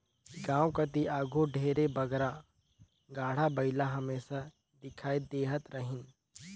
गाँव कती आघु ढेरे बगरा गाड़ा बइला हमेसा दिखई देहत रहिन